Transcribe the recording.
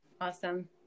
Awesome